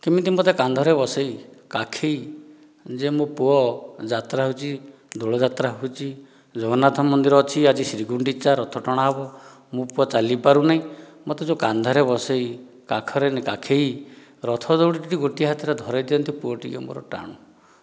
କେମିତି ମୋତେ କାନ୍ଧରେ ବସେଇ କାଖେଇ ଯେ ମୋ ପୁଅ ଯାତ୍ରା ହେଉଛି ଦୋଳଯାତ୍ରା ହେଉଛି ଜଗନ୍ନାଥ ମନ୍ଦିର ଅଛି ଆଜି ଶ୍ରୀଗୁଣ୍ଡିଚା ରଥ ଟଣା ହେବ ମୋ ପୁଅ ଚାଲି ପାରୁନାହିଁ ମୋତେ ଯେଉଁ କାନ୍ଧରେ ବସେଇ କାଖରେ କାଖେଇ ରଥ ଦଉଡ଼ିଟି ଗୋଟିଏ ହାତରେ ଧରେଇ ଦିଅନ୍ତି ପୁଅ ଟିକିଏ ମୋର ଟାଣୁ